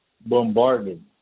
bombarded